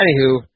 anywho